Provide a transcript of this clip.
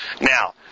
Now